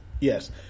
Yes